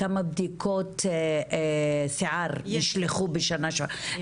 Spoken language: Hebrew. כמה בדיקות שיער נשלחו בשנה --- יש,